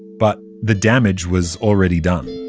but the damage was already done.